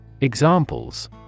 Examples